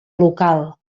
local